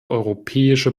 europäische